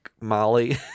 Molly-